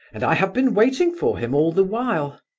and i have been waiting for him all the while.